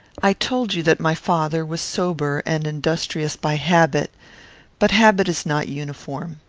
i told you that my father was sober and industrious by habit but habit is not uniform.